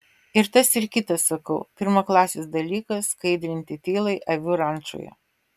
ir tas ir kitas sakau pirmaklasis dalykas skaidrinti tylai avių rančoje